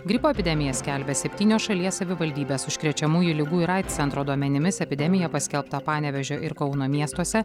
gripo epidemiją skelbia septynios šalies savivaldybės užkrečiamųjų ligų ir aids centro duomenimis epidemija paskelbta panevėžio ir kauno miestuose